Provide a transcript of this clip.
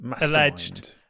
alleged